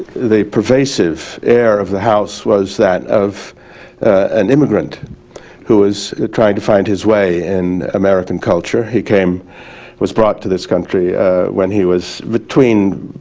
the pervasive air of the house was that of an immigrant who was trying to find his way in american culture. he was brought to this country when he was between